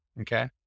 Okay